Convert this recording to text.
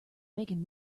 making